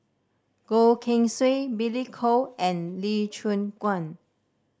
Goh Keng Swee Billy Koh and Lee Choon Guan